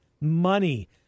money